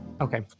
Okay